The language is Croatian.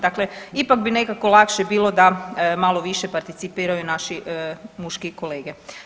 Dakle, ipak bi neko lakše bilo da malo više participiraju naši muški kolege.